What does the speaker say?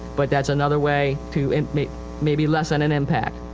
but thatis another way to and maybe maybe lessen an impact.